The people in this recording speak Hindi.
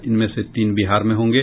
इनमें से तीन बिहार में होंगे